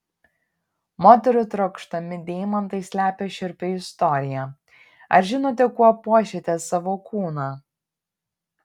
moterų trokštami deimantai slepia šiurpią istoriją ar žinote kuo puošiate savo kūną